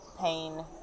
pain